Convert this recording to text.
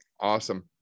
Awesome